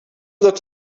looked